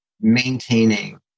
maintaining